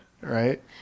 right